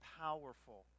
powerful